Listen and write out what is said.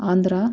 Andhra